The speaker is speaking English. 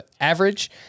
average